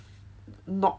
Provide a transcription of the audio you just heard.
knocked